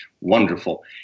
wonderful